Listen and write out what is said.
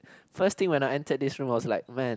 first thing when I enter this room I was like man